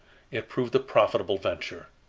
it proved a profitable venture.